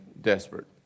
desperate